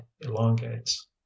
elongates